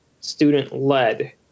student-led